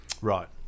Right